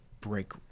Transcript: break